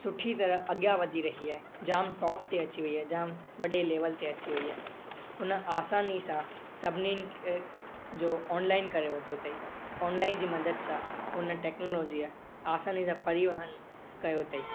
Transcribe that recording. सुठी तरह अॻियां वधी रही आहे जाम टॉप ते अची वई आहे जाम वॾे लेवल ते अची वई आहे उन आसानी सां सभिनीनि जो ऑनलाइन करे वरितो अथईं ऑनलाइन जी मदद सां उन टेक्नोलॉजीअ आसानी सां परिवाहन कयो अथईं